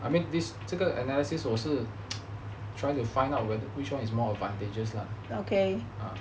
I mean this 这个 analysis 我是 trying to find out whether which one is more advantages lah